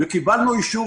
קיבלנו אישור,